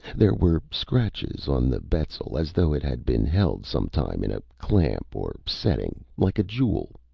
there were scratches on the bezel, as though it had been held sometime in a clamp, or setting, like a jewel.